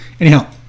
Anyhow